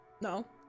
no